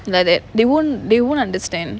know that they won't they won't understand